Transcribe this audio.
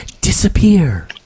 disappear